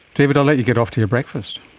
david, i'll let you get off to your breakfast.